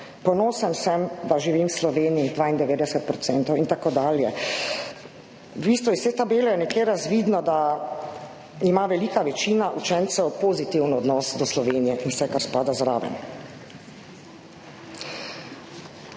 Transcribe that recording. ponosen sem, da živim v Sloveniji, 92 %. In tako dalje. V bistvu je iz te tabele nekje razvidno, da ima velika večina učencev pozitiven odnos do Slovenije in vsega, kar spada zraven.